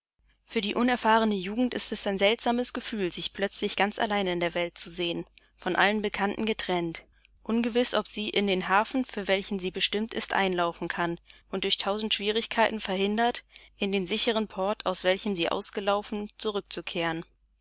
für die unerfahrene jugend ist es ein seltsames gefühl sich plötzlich ganz allein in der welt zu sehen von allen bekannten getrennt ungewiß ob sie in den hafen für welchen sie bestimmt ist einlaufen kann und durch tausend schwierigkeiten verhindert in den sichern port aus welchem sie ausgelaufen zurückzukehren